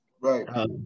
right